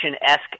esque